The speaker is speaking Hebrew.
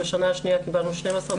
בשנה השניה קיבלנו 12.5 מיליון.